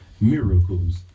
miracles